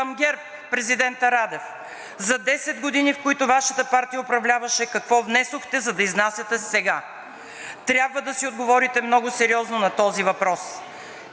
Към ГЕРБ, президентът Радев: „За тези 10 години, в които Вашата партия управляваше, какво внесохте, за да изнасяте сега? Трябва да си отговорите много сериозно на този въпрос.“